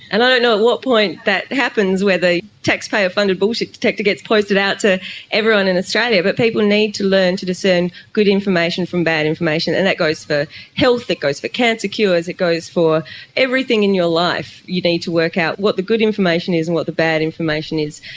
and i don't know at what point that happens, whether a tax payer funded bullshit detector gets posted out to everyone in australia, but people need to learn to discern good information from bad information, and that goes for health, it goes for cancer cures, it goes for everything in your life. you need to work out what the good information is and what the bad information is.